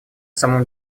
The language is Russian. самом